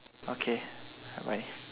okay bye